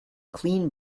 clean